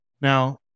Now